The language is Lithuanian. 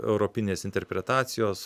europinės interpretacijos